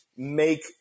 make